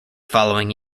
following